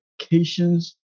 locations